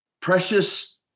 precious